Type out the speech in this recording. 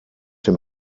dem